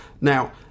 Now